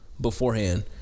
Beforehand